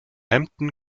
hampton